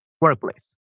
Workplace